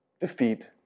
defeat